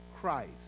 Christ